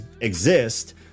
exist